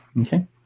Okay